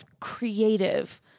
creative